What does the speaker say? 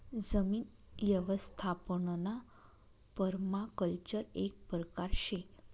जमीन यवस्थापनना पर्माकल्चर एक परकार शे